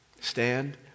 Stand